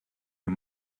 you